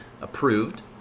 approved